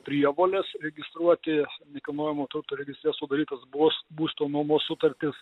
prievolės registruoti nekilnojamo turto registre sudarytos bus būsto nuomos sutartys